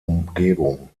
umgebung